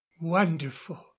wonderful